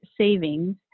savings